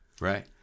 Right